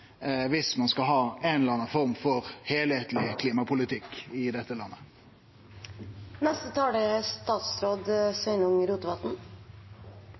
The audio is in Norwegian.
viss ein skal ha ein eller annan form for heilskapleg klimapolitikk i dette